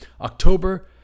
October